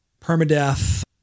Permadeath